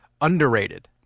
underrated